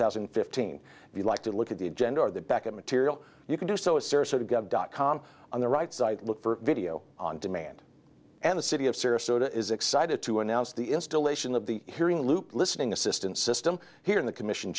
thousand and fifteen if you like to look at the agenda or the back of material you can do so as dot com on the right site look for video on demand and the city of sirius so it is excited to announce the installation of the hearing loop listening assistance system here in the commission